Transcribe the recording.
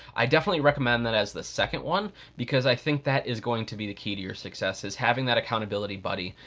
i definitely recommend that as the second one because i think that is going to be the key to your success is having that accountability buddy.